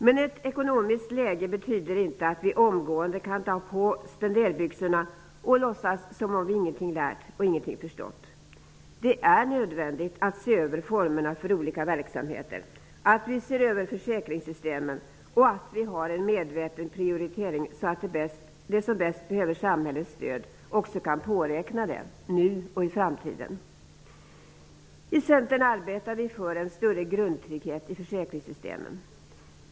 Det ekonomiska läget innebär inte att vi omgående kan ta på oss spenderbyxorna och låtsas som om vi ingenting lärt och ingenting förstått. Det är nödvändigt att vi ser över formerna för olika verksamheter, att vi ser över försäkringssystemen och att vi gör en medveten prioritering, så att de som bäst behöver samhällets stöd också kan påräkna det nu och i framtiden. I Centern arbetar vi för en större grundtrygghet i försäkringssystemen.